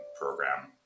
program